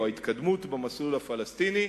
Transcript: או בהתקדמות במסלול הפלסטיני,